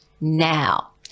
now